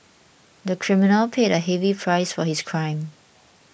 the criminal paid a heavy price for his crime